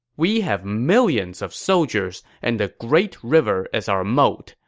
we have millions of soldiers and the great river as our moat.